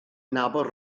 nabod